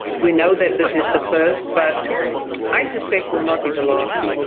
we know that this is the first, but i suspect will not be the last.